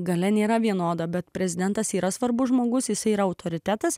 galia nėra vienoda bet prezidentas yra svarbus žmogus jis yra autoritetas